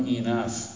enough